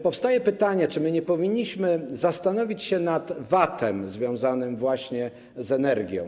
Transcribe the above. Powstaje pytanie, czy nie powinniśmy zastanowić się nad VAT-em związanym właśnie z energią.